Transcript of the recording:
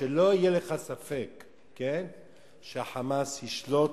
שלא יהיה לך ספק שה"חמאס" ישלוט.